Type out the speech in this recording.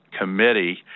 committee